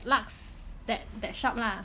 lux~ that that shop lah